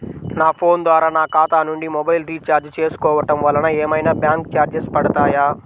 నా ఫోన్ ద్వారా నా ఖాతా నుండి మొబైల్ రీఛార్జ్ చేసుకోవటం వలన ఏమైనా బ్యాంకు చార్జెస్ పడతాయా?